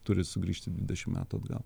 turi sugrįžti dvidešim metų atgal